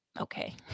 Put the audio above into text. okay